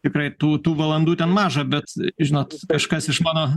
tikrai tų tų valandų ten maža bet žinot kažkas iš mano